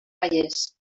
vallès